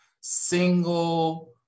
single